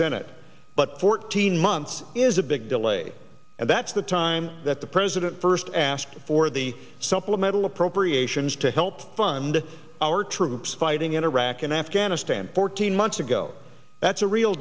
senate but fourteen months is a big delay and that's the time that the president first asked for the supplemental appropriations to help fund our troops fighting in iraq and afghanistan fourteen months ago that's a real